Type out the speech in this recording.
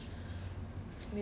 !wah! thank god eh